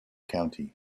county